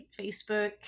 Facebook